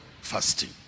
fasting